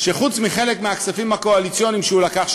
שחוץ מחלק מהכספים הקואליציוניים שהוא לקח,